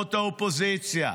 משורות האופוזיציה.